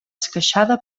esqueixada